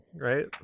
right